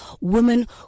women